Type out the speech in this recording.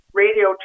radio